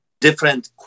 different